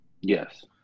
Yes